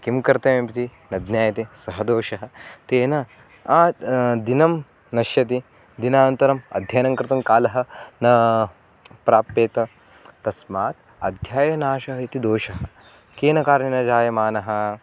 किं कर्तव्यमिति न ज्ञायते सः दोषः तेन आ दिनं नश्यति दिनान्तरम् अध्ययनं कर्तुं कालः न प्राप्येत् तस्मात् अध्यायनाशः इति दोषः केन कारणेन जायमानः